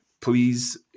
Please